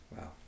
Wow